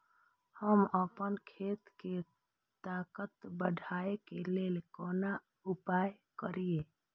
हम आपन खेत के ताकत बढ़ाय के लेल कोन उपाय करिए?